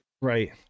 right